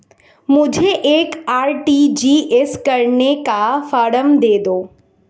मुझे एक आर.टी.जी.एस करने का फारम दे दो?